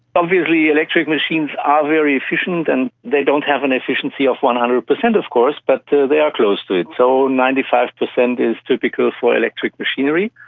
obviously electric machines are very efficient, and they don't have an efficiency of one hundred percent of course, but they are close to it, so ninety five percent is typical for electric machinery.